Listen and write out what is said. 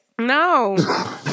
No